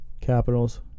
Capitals